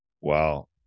Wow